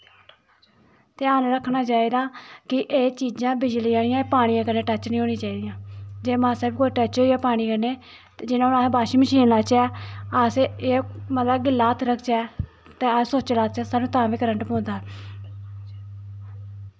ध्यान रक्खना चाही दा कि एह् चीजां बिजली आह्लियां पानी कन्नै टच्च नी होनियां चाही दियां जे मासा बी कोई टच्च होई जा पानी कन्नै ते जियां हून अस बाशिंग मशीन लाच्चै अस मतलव गिल्ला हत्थ रखचै ते अस सुच्च लाच्चै साह्नू तां बी करंट पौंदा ऐ